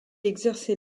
exercer